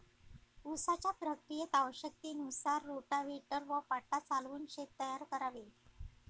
उसाच्या प्रक्रियेत आवश्यकतेनुसार रोटाव्हेटर व पाटा चालवून शेत तयार करावे